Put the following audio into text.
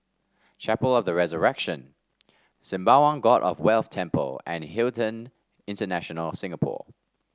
Chapel of The Resurrection Sembawang God of Wealth Temple and Hilton International Singapore